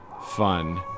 fun